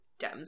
Dems